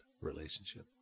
relationship